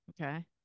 Okay